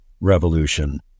revolution